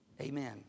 Amen